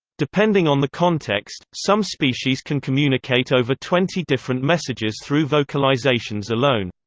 depending on the context, some species can communicate over twenty different messages through vocalizations alone.